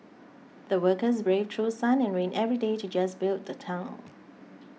the workers braved through sun and rain every day to just build the tunnel